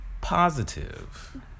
positive